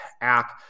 app